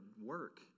work